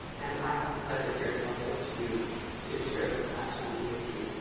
and i have a letter here that i'll give to you to share those actions with you.